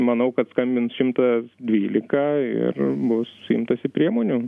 manau kad skambins šimtas dvylika ir bus imtasi priemonių